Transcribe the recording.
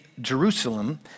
Jerusalem